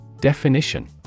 Definition